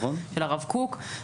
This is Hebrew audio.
של הקב קוק,